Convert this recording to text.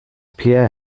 pierre